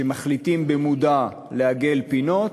שמחליטים במודע לעגל פינות,